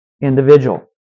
individual